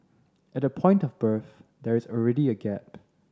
at the point of birth there is already a gap